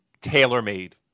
tailor-made